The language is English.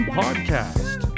podcast